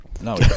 No